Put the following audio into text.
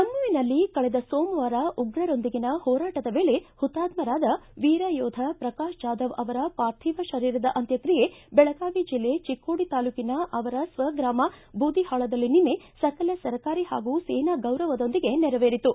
ಜಮ್ನುವಿನಲ್ಲಿ ಕಳೆದ ಸೋಮವಾರ ಉಗ್ಗರೊಂದಿಗಿನ ಹೋರಾಟದ ವೇಳೆ ಹುತಾತ್ಗರಾದ ವೀರಯೋಧ ಪ್ರಕಾಶ್ ಜಾಧವ್ ಅವರ ಪಾರ್ಥಿವ ಶರೀರದ ಅಂತ್ಯಕ್ರಿಯೆ ಬೆಳಗಾವಿ ಜಿಲ್ಲೆ ಚಿಕ್ಕೋಡಿ ತಾಲೂಕಿನ ಅವರ ಸ್ಥೆಗ್ರಾಮ ಬೂದಿಹಾಳದಲ್ಲಿ ನಿನ್ನೆ ಸಕಲ ಸರ್ಕಾರಿ ಹಾಗೂ ಸೇನಾ ಗೌರವದೊಂದಿಗೆ ನೆರವೇರಿತು